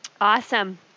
Awesome